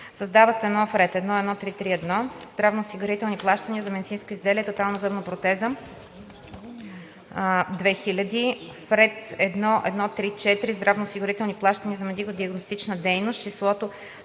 създава се нов ред 1.1.3.3.1 „здравноосигурителни плащания за медицинско изделие „тотална зъбна протеза" – „2 000,00“. - в ред 1.1.3.4 здравноосигурителни плащания за медико-диагностична дейност числото